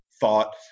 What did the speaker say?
thought